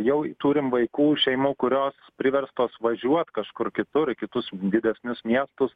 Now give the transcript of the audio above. jau turim vaikų šeimų kurios priverstos važiuot kažkur kitur į kitus didesnius miestus